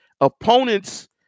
Opponents